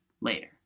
later